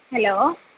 hello